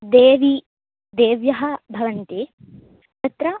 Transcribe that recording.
देवी देव्यः भवन्ति तत्र